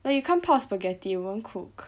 but you can't 泡 spaghetti it won't cook